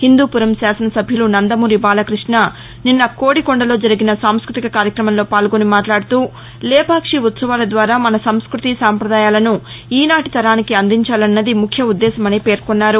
హిందూపురం శాసన సభ్యులు నందమూరి బాలకృష్ణ నిన్న కోడికొండలో జరిగిన సాంస్కతిక కార్యక్రమంలో పాల్గొని మాట్లాడుతూ లేపాక్షి ఉత్సవాల ద్వారా మన సంస్భతి సాంపదాయాలను ఈనాటి తరానికి అందించాలన్నది ముఖ్యోద్దేశమని పేర్కొన్నారు